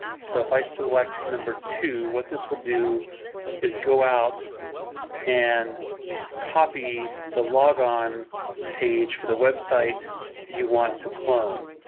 so if i select number two, what this will do is go out and copy the log on page for the website you want to clone.